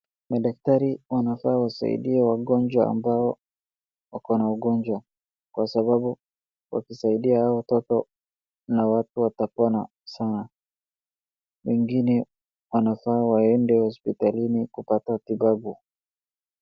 Madaktari wanafaa wasaidie wagonjwa ambao wako na ugonjwa kwa sababu wakisaidia hao watu, na watu watapona sana wengine wanafaa waende hospitalini kupata matibabu.